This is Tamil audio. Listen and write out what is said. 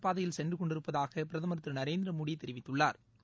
பாதையில் சென்றுகொண்டிருப்பதாகபிரதமர் திருநரேந்திரமோடிதெரிவித்துள்ளாா்